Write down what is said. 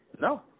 no